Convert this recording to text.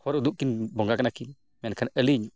ᱦᱚᱨ ᱩᱫᱩᱜ ᱠᱤᱱ ᱵᱚᱸᱜᱟ ᱠᱟᱱᱟ ᱠᱤᱱ ᱢᱮᱱᱠᱷᱟᱱ ᱟᱹᱞᱤᱧ